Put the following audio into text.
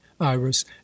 Iris